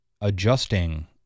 adjusting